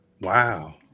Wow